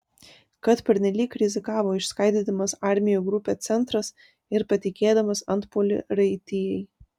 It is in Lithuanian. kad pernelyg rizikavo išskaidydamas armijų grupę centras ir patikėdamas antpuolį raitijai